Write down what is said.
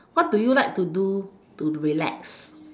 what do you like to do to do relax